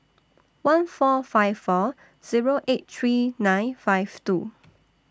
one four five four Zero eight three nine five two